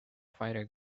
fighter